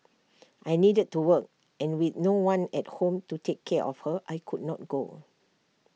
I needed to work and with no one at home to take care of her I could not go